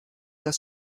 das